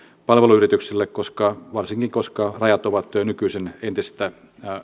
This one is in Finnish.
palveluyrityksille varsinkin koska rajat ovat nykyisin entistä